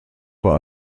war